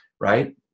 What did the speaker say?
Right